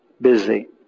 Busy